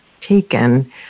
taken